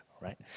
right